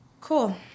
Cool